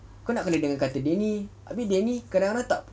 kau nak kena dengar kata dia ni abeh dia ni kadang-kadang tak